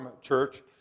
church